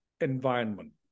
environment